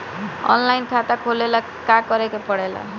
Online खाता खोले ला का का करे के पड़े ला?